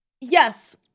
yes